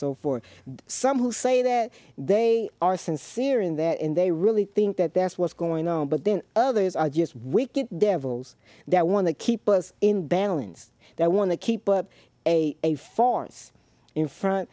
so for some who say that they are sincere in that and they really think that that's what's going on but then others are just wicked devils that want to keep us in balance they want to keep up a a force in front